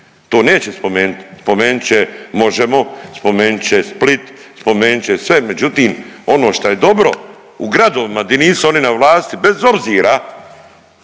To neće spomenit. Spomenit će Možemo!, spomenit će Split, spomenit će sve, međutim ono što je dobro u gradovima di nisu oni na vlasti, bez obzira